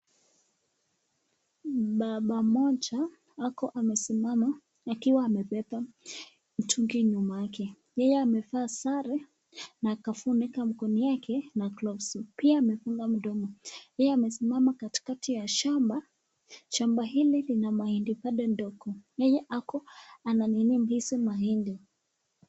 Baba mmoja ako amesimama akiwa amebeba mtungi nyuma yake. Yeye amevaa sare na akafunika mkono yake na gloves . Pia amefunga mdomo. Yeye amesimama katikati ya shamba. Shamba hili lina mahindi bado ndogo. Yeye ako anayunyuzia hizi mahindi.